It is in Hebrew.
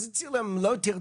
אז כשהציעו להם את "לא תרצח"